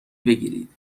بگیرید